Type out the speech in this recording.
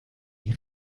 die